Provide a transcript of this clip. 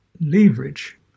leverage